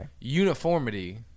Uniformity